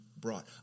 brought